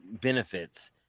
benefits